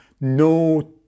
no